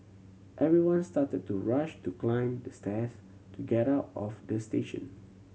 everyone started to rush to climb the stairs to get out of the station